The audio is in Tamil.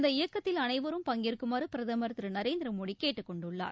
இந்த இயக்கத்தில் அனைவரும் பங்கேற்குமாறு பிரதமர் திரு நரேந்திர மோடி கேட்டுக் கொண்டுள்ளார்